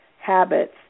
habits